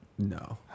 No